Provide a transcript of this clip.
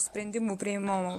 sprendimų priėmimo